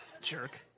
Jerk